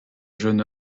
jeune